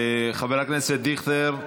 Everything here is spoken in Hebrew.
חבר הכנסת דיכטר,